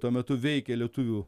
tuo metu veikė lietuvių